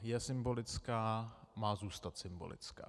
Je symbolická, má zůstat symbolická.